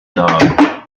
dog